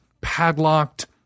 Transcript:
padlocked